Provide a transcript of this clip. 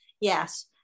yes